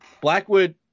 Blackwood